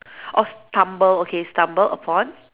orh stumble okay stumble upon